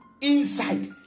inside